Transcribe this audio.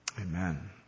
Amen